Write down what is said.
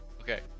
Okay